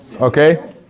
okay